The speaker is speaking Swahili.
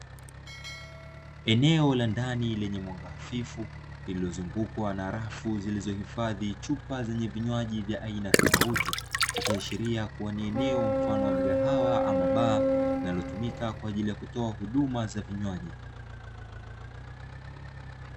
Eneo la ndani lenye mwanga hafifu, lililozungukwa na rafu zilizohifadhi chupa zenye vinywaji vya aina tofauti, likiashiria kuwa ni eneo mfano wa mgahawa ama baa, linalotumika kwa ajili ya kutoa huduma za vinywaji.